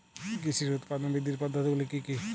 কৃষির উৎপাদন বৃদ্ধির পদ্ধতিগুলি কী কী?